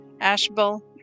Ashbel